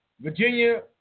Virginia